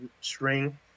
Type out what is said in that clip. string